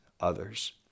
others